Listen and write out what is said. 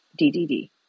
DDD